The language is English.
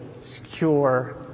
secure